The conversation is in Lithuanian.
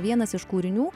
vienas iš kūrinių